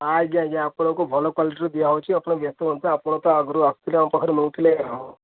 ଆଜ୍ଞା ଆଜ୍ଞା ଆପଣଙ୍କୁ ଭଲ କ୍ୱାଲିଟିର ଦିଆ ହେଉଛି ଆପଣ ବ୍ୟସ୍ତ ହୁଅନ୍ତୁନି ଆପଣ ତ ଆଗରୁ ଆସୁଥିଲେ ଆମ ପାଖରୁ ନେଉଥିଲେ ଆଉ